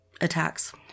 attacks